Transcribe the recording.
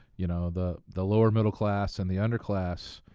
you know, the the lower middle class and the underclass,